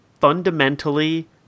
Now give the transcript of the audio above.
fundamentally